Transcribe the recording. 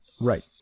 Right